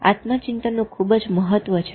આત્મચિંતન ખુબ જ મહત્વનું છે